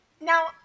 Now